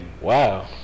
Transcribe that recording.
Wow